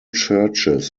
churches